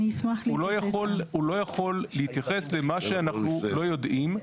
הוא לא יכול להתייחס למה שאנחנו לא יודעים,